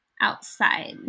outside